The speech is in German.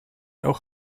auch